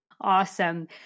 Awesome